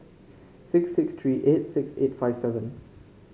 six six three eight six eight five seven